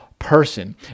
person